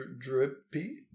Drippy